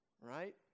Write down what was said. Right